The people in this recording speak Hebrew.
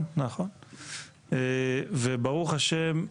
ברוך השם,